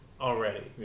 already